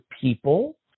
people